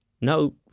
No